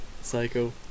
Psycho